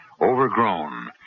overgrown